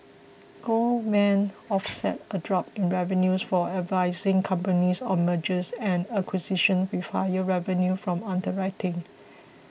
Goldman offset a drop in revenues for advising companies on mergers and acquisitions with higher revenues from underwriting